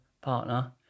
partner